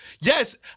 yes